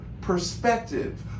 perspective